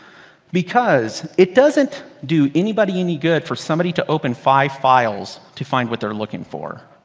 because it doesn't do anybody any good for somebody to open five files to find what they're looking for.